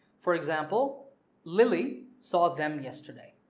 for example lily saw them yesterday.